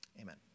Amen